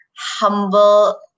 humble